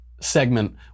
segment